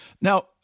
Now